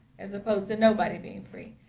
as opposed to nobody being free.